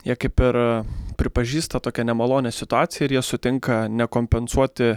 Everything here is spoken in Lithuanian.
jie kaip ir pripažįsta tokią nemalonią situaciją ir jie sutinka nekompensuoti